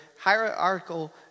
hierarchical